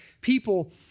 people